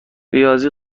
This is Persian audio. ریاضی